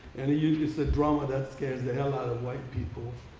and he usually said drama, that scares the hell out of white people,